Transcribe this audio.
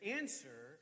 answer